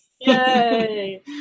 yay